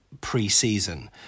pre-season